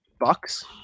Bucks